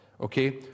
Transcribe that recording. Okay